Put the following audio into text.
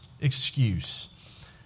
excuse